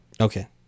Okay